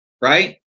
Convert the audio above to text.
right